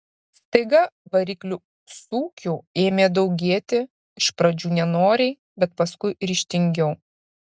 staiga variklių sūkių ėmė daugėti iš pradžių nenoriai bet paskui ryžtingiau